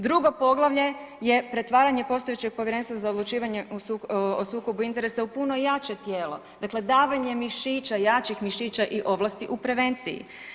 Drugo poglavlje je pretvaranje postojećeg Povjerenstva za odlučivanje o sukobu interesa u puno jače tijelo, dakle davanje mišića, jačih mišića i ovlasti u prevenciji.